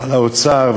על האוצר.